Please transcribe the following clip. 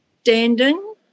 standing